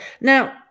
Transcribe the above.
Now